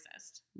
racist